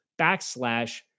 backslash